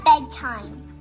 bedtime